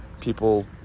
people